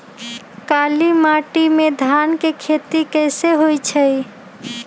काली माटी में धान के खेती कईसे होइ छइ?